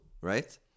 right